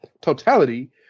totality